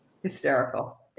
Hysterical